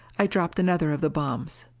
i dropped another of the bombs.